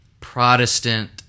Protestant